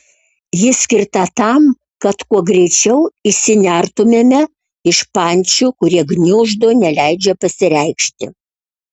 ji skirta tam kad kuo greičiau išsinertumėme iš pančių kurie gniuždo neleidžia pasireikšti